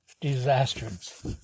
disasters